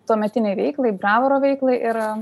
tuometinei veiklai bravoro veiklai ir